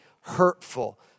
hurtful